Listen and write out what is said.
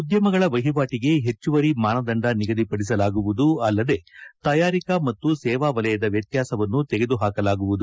ಉದ್ದಮಗಳ ವಹಿವಾಟಿಗೆ ಹೆಚ್ಚುವರಿ ಮಾನದಂಡ ನಿಗದಿಪಡಿಸಲಾಗುವುದು ಅಲ್ಲದೆ ತಯಾರಿಕಾ ಮತ್ತು ಸೇವಾ ವಲಯದ ವ್ಯತ್ಯಾಸವನ್ನು ತೆಗೆದುಹಾಕಲಾಗುವುದು